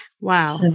Wow